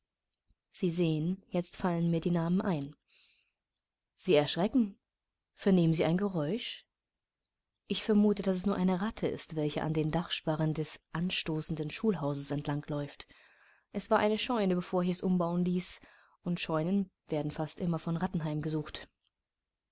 sie sehen jetzt fallen mir die namen ein sie erschrecken vernehmen sie ein geräusch ich vermute daß es nur eine ratte ist welche an den dachsparren des anstoßenden schulhauses entlang läuft es war eine scheune bevor ich es umbauen ließ und scheunen werden fast immer von ratten heimgesucht